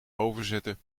overzetten